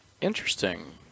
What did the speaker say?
Interesting